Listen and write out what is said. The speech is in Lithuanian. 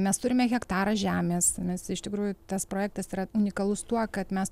mes turime hektarą žemės nes iš tikrųjų tas projektas yra unikalus tuo kad mes